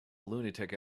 lunatic